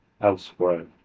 elsewhere